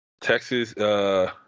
Texas